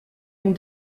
ont